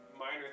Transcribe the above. minor